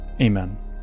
amen